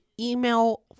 email